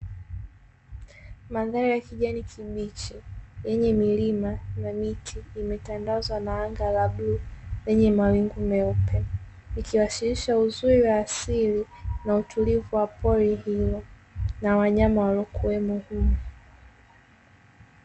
Mazao ya kijani kibichi yenye milima na miti imetandazwa na anga la bluu lenye mawingu meupe ikiwasilisha uzuri wa asili na utulivu wa pori hilo na wanyama waliyokuwemo humo.